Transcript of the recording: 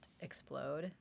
explode